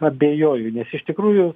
abejoju nes iš tikrųjų